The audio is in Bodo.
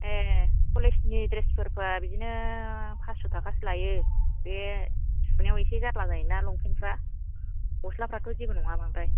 ए कलेज नि ड्रेस फोरबा बिदिनो पासस' थाखासो लायो बे सुनायाव एसे जारला जायोना लंपेन्ट फोरा गस्लाफोराथ' जेबो नङा बांद्राय